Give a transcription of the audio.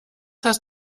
hast